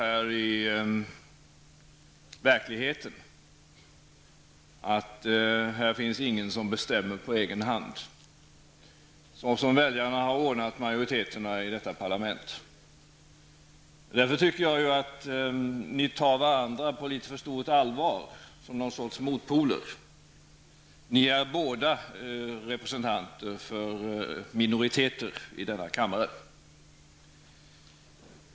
I verkligheten finns ingen som bestämmer på egen hand, på grund av det sätt som väljarna har ordnat majoriteterna på i detta parlament. Därför tycker jag att ni tar varandra på litet för stort allvar, som någon sorts motpoler. Ni är båda representanter för minoriteter i denna kammare.